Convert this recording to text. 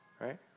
Right